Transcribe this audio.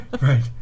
right